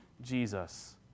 Jesus